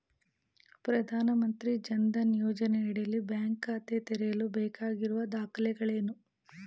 ಪ್ರಧಾನಮಂತ್ರಿ ಜನ್ ಧನ್ ಯೋಜನೆಯಡಿ ಬ್ಯಾಂಕ್ ಖಾತೆ ತೆರೆಯಲು ಬೇಕಾಗಿರುವ ದಾಖಲೆಗಳೇನು?